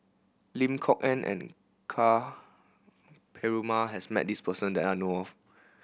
Lim Kok Ann and Ka Perumal has met this person that I know of